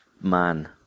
man